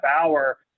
hour